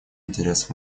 интересах